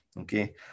Okay